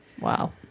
Wow